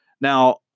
Now